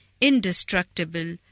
indestructible